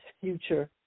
future